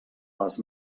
les